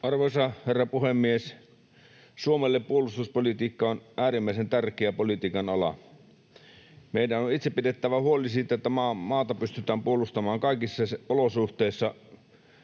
Arvoisa herra puhemies! Suomelle puolustuspolitiikka on äärimmäisen tärkeä politiikan ala. Meidän on itse pidettävä huoli siitä, että maata pystytään puolustamaan kaikissa olosuhteissa,